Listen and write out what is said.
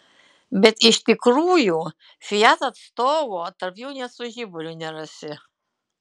bet iš tikrųjų fiat atstovo tarp jų net su žiburiu nerasi